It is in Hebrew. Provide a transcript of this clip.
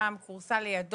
שם, כורסה לידו,